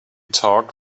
talked